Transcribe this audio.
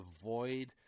avoid